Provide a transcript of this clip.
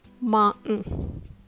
mountain